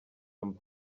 mba